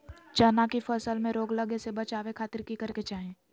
चना की फसल में रोग लगे से बचावे खातिर की करे के चाही?